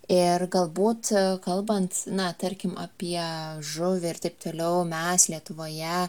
ir galbūt kalbant na tarkim apie žuvį ir taip toliau mes lietuvoje